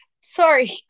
Sorry